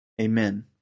Amen